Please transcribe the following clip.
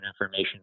information